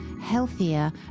healthier